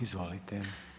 Izvolite.